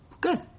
good